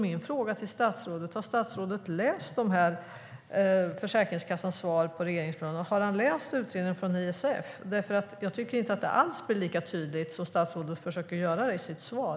Min fråga är: Har statsrådet läst Försäkringskassans svar om regeringsuppdraget? Har han läst utredningen från ISF? Jag tycker inte alls att det blir lika tydligt som statsrådet försöker göra det i sitt svar.